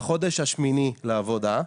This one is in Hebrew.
בחודש השמיני, לעבודה,